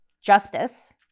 justice